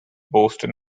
boston